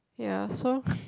ya so